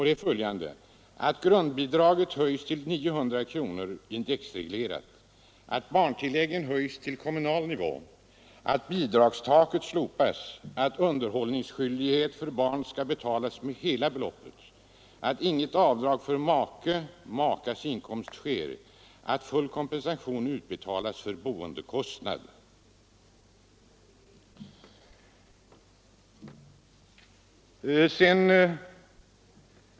De kräver att grundbidraget höjs till 900 kronor indexreglerat, att barntilläggen höjs till kommunal nivå, att bidragstaket slopas, att underhållsskyldighet för barn skall betalas med hela beloppet, att inget avdrag för make/makas inkomst sker samt att full kompensation utbetalas för boendekostnad.